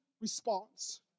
response